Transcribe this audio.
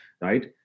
right